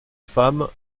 femme